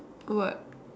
go what